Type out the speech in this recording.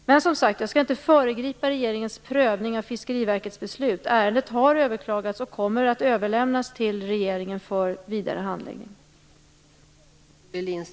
Men, som sagt, jag skall inte föregripa regeringens prövning av Fiskeriverkets beslut. Ärendet har överklagats och kommer att överlämnas till regeringen för vidare handläggning.